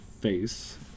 face